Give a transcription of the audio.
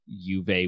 Juve